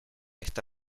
está